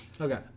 Okay